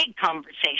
conversation